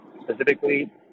Specifically